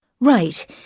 right